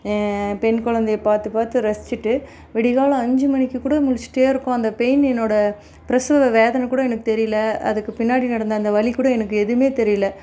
பெண் குழந்தையை பார்த்து பார்த்து ரசிச்சிவிட்டு விடிய காலையில் அஞ்சு மணிக்குக்கூட முழிச்சிகிட்டே இருக்கோம் அந்த பெயின் என்னோட பிரசவ வேதனை கூட எனக்கு தெரியல அதுக்கு பின்னாடி நடந்த அந்த வலி கூட எனக்கு எதுவுமே தெரியல